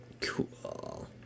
Cool